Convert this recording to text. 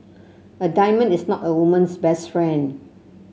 a diamond is not a woman's best friend